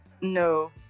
No